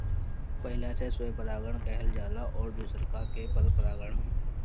पहिला से स्वपरागण कहल जाला अउरी दुसरका के परपरागण